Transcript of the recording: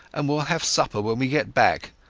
and weall have supper when we get back.